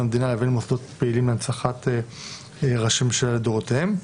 המדינה לבין המוסדות הפעילים להנצחת ראשי ממשלה לדורותיהם,